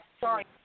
Sorry